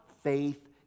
faith